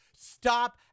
Stop